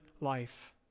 life